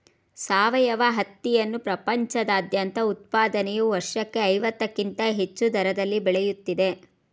ಸಾವಯವ ಹತ್ತಿಯನ್ನು ಪ್ರಪಂಚದಾದ್ಯಂತ ಉತ್ಪಾದನೆಯು ವರ್ಷಕ್ಕೆ ಐವತ್ತಕ್ಕಿಂತ ಹೆಚ್ಚು ದರದಲ್ಲಿ ಬೆಳೆಯುತ್ತಿದೆ